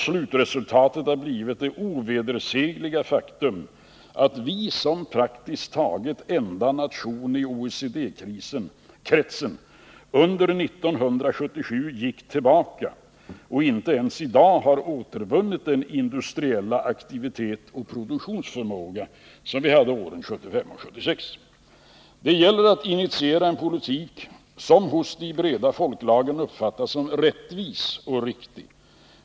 Slutresultatet har blivit det ovedersägliga faktum att vi som praktiskt taget enda nation i OECD-kretsen under 1977 gick tillbaka och inte ens i dag har återvunnit den industriella aktivitet och produktionsförmåga som vi hade åren 1975 och 1976. Det gäller att initiera en politik som hos de breda folklagren uppfattas som rättvis och riktig.